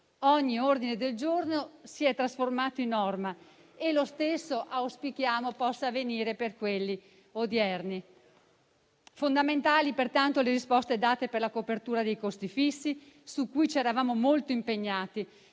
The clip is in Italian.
Ogni ordine del giorno si è trasformato in norma, e lo stesso auspichiamo possa avvenire per quelli odierni. Fondamentali, pertanto, sono le risposte date per la copertura dei costi fissi su cui ci eravamo molto impegnati,